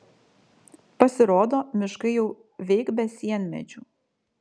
pasirodo miškai jau veik be sienmedžių